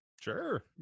Sure